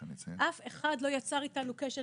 אף אחד לא יצר איתנו קשר,